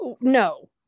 no